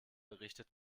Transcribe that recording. berichtet